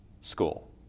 school